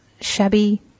shabby